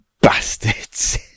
bastards